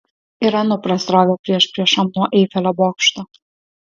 ir anupras rovė priešpriešom nuo eifelio bokšto